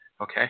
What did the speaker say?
Okay